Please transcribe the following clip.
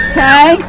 Okay